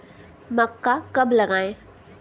मक्का कब लगाएँ?